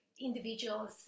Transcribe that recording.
individuals